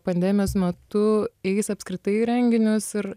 pandemijos metu eis apskritai į renginius ir